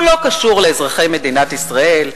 הוא לא קשור לאזרחי מדינת ישראל,